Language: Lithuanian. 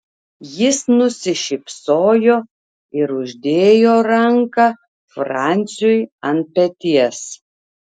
jis nusišypsojo ir uždėjo ranką franciui ant peties